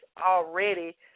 already